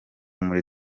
muri